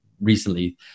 recently